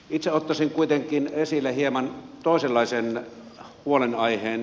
itse ottaisin kuitenkin esille hieman toisenlaisen huolenaiheen